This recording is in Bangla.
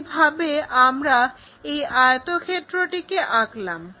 এই ভাবে আমরা এই আয়তক্ষেত্রটিকে আঁকলাম